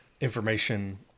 information